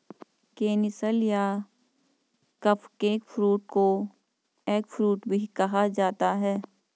canistel या cupcake fruit को eggfruit भी कहा जाता है